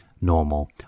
normal